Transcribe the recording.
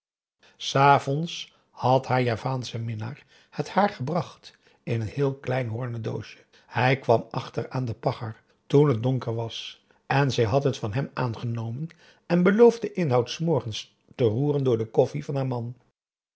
s avonds had haar javaansche minnaar het haar gebracht in een heel klein hoornen doosje hij kwam achter aan de pagger toen het donker was en zij had het van hem aangenomen en beloofd den inhoud s morgens te roeren door de koffie van haar man